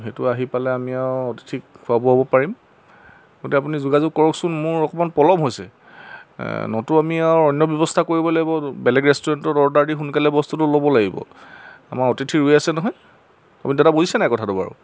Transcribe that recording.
সেইটো আহি পালে আমি আৰু অতিথিক খোৱাবও পাৰিম গতিকে আপুনি যোগাযোগ কৰকচোন মোৰ অকমান পলম হৈছে নতু আমি আৰু অন্য ব্যৱস্থা কৰিব লাগিব বেলেগ ৰেষ্টুৰেণ্টত অৰ্ডাৰ দি সোনকালে বস্তুটো ল'ব লাগিব আমাৰ অতিথি ৰৈ আছে নহয় আপুনি দাদা বুজিছেনে নাই কথাটো বাৰু